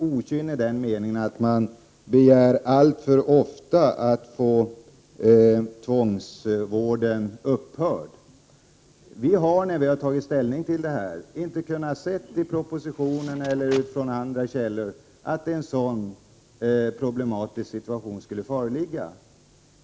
Okynnet skulle bestå i att patienterna alltför ofta skulle begära att tvångsvården skall upphöra. Då utskottet har tagit ställning till frågan har vi inte med utgångspunkt i propositionen eller andra källor kunnat konstatera att en så problematisk situation som beskrivs i reservationen skulle föreligga.